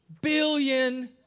billion